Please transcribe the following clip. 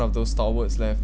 of those stalwarts left